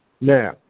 now